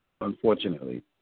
Unfortunately